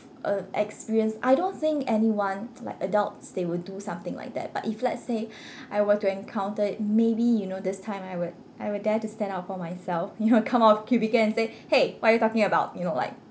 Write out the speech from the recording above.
a experience I don't think anyone like adults they would do something like that but if let's say I were to encounter it maybe you know this time I would I would dare to stand up for myself you know come out of cubicle and say !hey! what are you talking about you know like